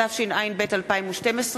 התשע"ב 2012,